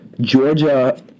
Georgia